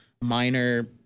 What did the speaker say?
minor